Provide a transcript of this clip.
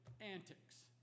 antics